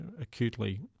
acutely